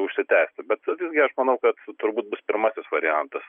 užsitęsti bet visgi aš manau kad turbūt bus pirmasis variantas